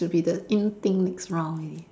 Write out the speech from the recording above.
should be the in thing next round leh